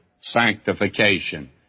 sanctification